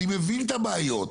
אני מבין את הבעיות.